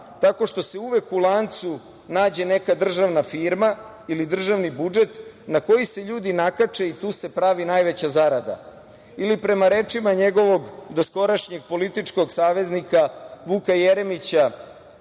tako što se uvek u lancu nađe neka državna firma ili državni budžet na koji se ljudi nakače i tu se pravi najveća zarada. Ili, prema rečima njegovog doskorašnjeg političkog saveznika Vuka Jeremića,